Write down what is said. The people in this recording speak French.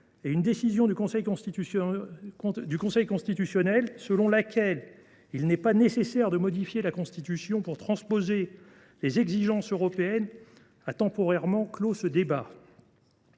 Une décision du Conseil constitutionnel disposant qu’il n’est pas nécessaire de modifier la Constitution pour transposer les exigences européennes a temporairement clos ce débat.